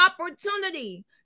opportunity